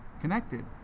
connected